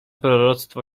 proroctwo